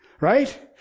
Right